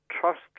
trust